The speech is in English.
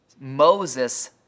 Moses